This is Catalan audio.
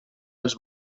els